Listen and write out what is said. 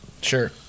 Sure